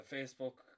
Facebook